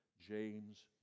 James